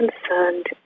concerned